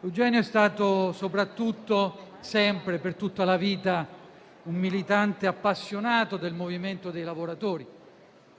Eugenio è stato soprattutto, per tutta la vita, un militante appassionato del movimento dei lavoratori.